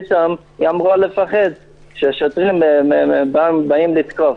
פתאום היא אמורה לפחד שהשוטרים באים לתקוף.